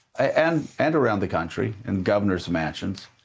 and and around the country in governor's mansions.